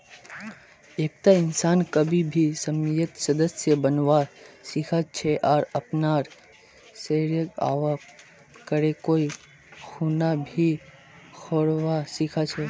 एकता इंसान किसी भी समयेत सदस्य बनवा सीखा छे आर अपनार शेयरक वापस करे कोई खूना भी छोरवा सीखा छै